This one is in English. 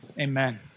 Amen